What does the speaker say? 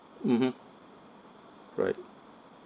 mmhmm right